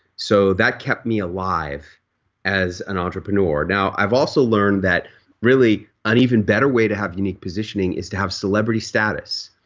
so that kept me alive as an entrepreneur now, i've also learned that really an even better way to have unique positioning is to have celebrity status.